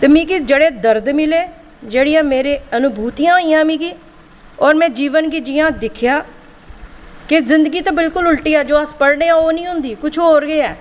ते मिगी जेह्ड़े दरद मिले जेह्ड़ियां मिगी मेरियां अनुभुतियां होइयां मिगी होर में जीवन गी जि'यां दिक्खेआ ते जिंदगी ते बिल्कुल उल्टी होंदी ऐ जो अस दिक्खने ओह् किश होर गै ऐ